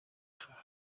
خواهم